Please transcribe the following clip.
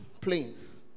planes